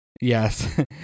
Yes